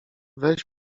weź